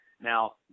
Now